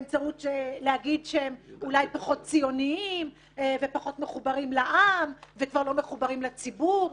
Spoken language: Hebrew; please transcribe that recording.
להגיד שהוא אולי פחות ציוני ופחות מחובר לעם וכבר לא מחובר לציבור.